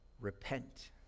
Repent